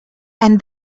and